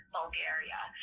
Bulgaria